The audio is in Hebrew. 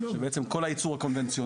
כי בעצם כל הייצור הקונבנציונאלי